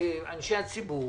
אנשי הציבור